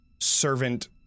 servant